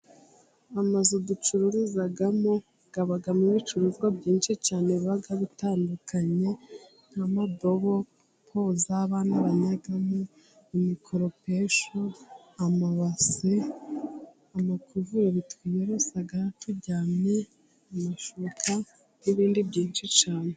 Amazu ducururizamo habamo ibicuruzwa byinshi cyane biba bitandukanye; nk'amadobo, po izoba abana banyamo, imikoropesho, amabase, amakuvureri twiyorosa turyamye mu mashuka n'ibindi byinshi cyane.